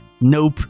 nope